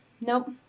Nope